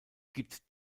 gibt